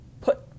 put